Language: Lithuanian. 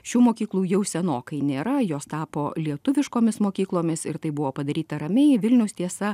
šių mokyklų jau senokai nėra jos tapo lietuviškomis mokyklomis ir tai buvo padaryta ramiai vilnius tiesa